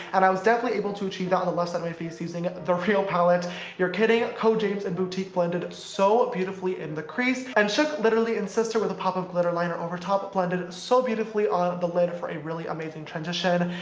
and i was definitely able to achieve that on the left side my face using the real palette you're kidding, code james and boutique blended so beautifully in the crease and shook, literally and sister with a pop of glitter liner overtop blended so beautifully on the lid for a really amazing transition.